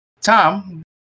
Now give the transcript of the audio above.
Tom